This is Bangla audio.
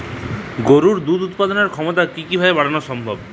গরুর দুধ উৎপাদনের ক্ষমতা কি কি ভাবে বাড়ানো সম্ভব?